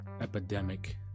epidemic